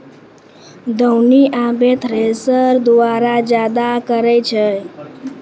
दौनी आबे थ्रेसर द्वारा जादा करै छै